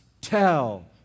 tell